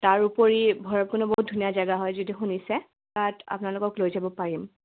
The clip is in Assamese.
তাৰ উপৰি ভৈৰৱকুণ্ড বহুত ধুনীয়া জেগা হয় যদি শুনিছে তাত আপোনালোকক লৈ যাব পাৰিম